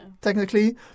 technically